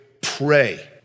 pray